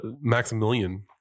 maximilian